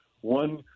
one